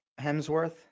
hemsworth